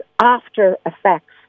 after-effects